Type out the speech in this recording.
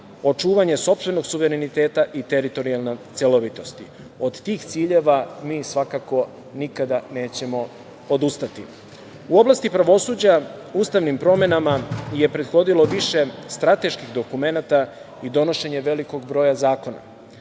očuvanje sopstvenog suvereniteta i teritorijalne celovitosti. Od tih ciljeva mi svakako nikada nećemo odustati.U oblasti pravosuđa ustavnim promenama je prethodilo više strateških dokumenata i donošenje velikog broja zakona.